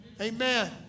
Amen